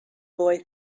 boy